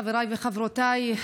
חבריי וחברותיי,